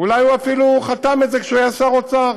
אולי הוא אפילו חתם את זה כשהוא היה שר אוצר.